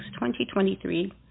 2023